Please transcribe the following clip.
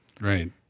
Right